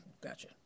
Gotcha